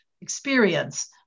experience